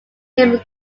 became